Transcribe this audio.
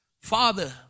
father